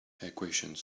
equations